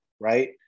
right